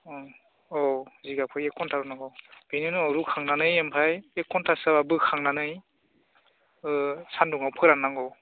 उम औ जिगाबखौ एक घन्टा रुनांगौ बेनि उनाव रुखांनानै ओमफ्राय एक घन्टासो जाबा बोखांनानै सान्दुंआव फोराननांगौ